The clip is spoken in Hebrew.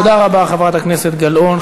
תודה רבה, חברת הכנסת גלאון.